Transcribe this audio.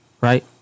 right